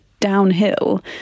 downhill